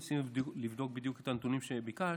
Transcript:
ניסינו לבדוק בדיוק את הנתונים שביקשת.